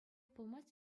пулмасть